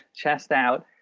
chest out.